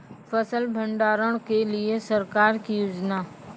फसल भंडारण के लिए सरकार की योजना?